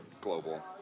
global